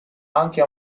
anche